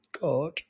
God